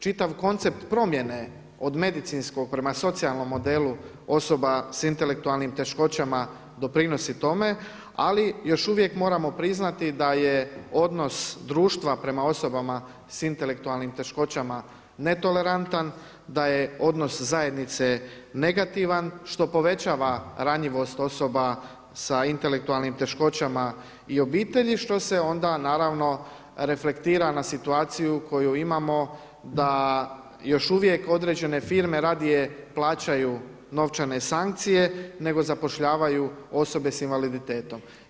Čitav koncept promjene od medicinskog prema socijalnom osoba sa intelektualnim teškoćama doprinosi tome, ali još uvijek moramo priznati da je odnos društva prema osobama sa intelektualnim teškoćama netolerantan, da je odnos zajednice negativan što povećava ranjivost osoba sa intelektualnim teškoćama i obitelji što se onda naravno reflektira na situaciju koju imamo, da još uvijek određene firme radije plaćaju novčane sankcije nego zapošljavaju osobe sa invaliditetom.